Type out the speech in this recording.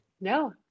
No